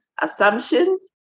assumptions